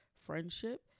friendship